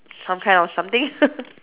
some kind of something